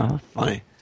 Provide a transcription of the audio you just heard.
Funny